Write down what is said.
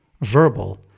verbal